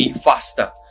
Faster